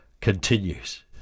continues